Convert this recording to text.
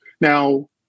Now